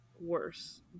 worse